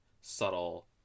subtle